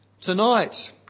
Tonight